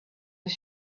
his